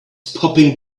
popping